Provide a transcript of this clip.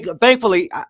Thankfully